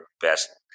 best